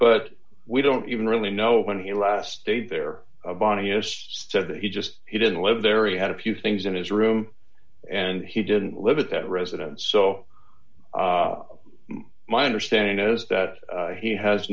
but we don't even really know when he last stayed there bonniest said that he just he didn't live there he had a few things in his room and he didn't live at that residence so my understanding is that he has